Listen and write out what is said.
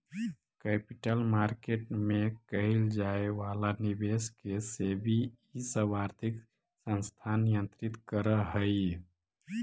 capital market में कैइल जाए वाला निवेश के सेबी इ सब आर्थिक संस्थान नियंत्रित करऽ हई